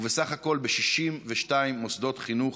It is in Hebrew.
ובסך הכול ב-62 מוסדות חינוך,